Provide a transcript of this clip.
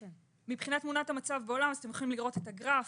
מבחינת תמונת המצב בעולם רואים את הגרף.